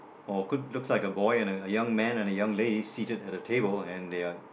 or could looks like a boy and a a young man and a young lady seated at the table and they're